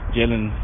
Jalen